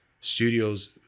studios